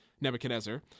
Nebuchadnezzar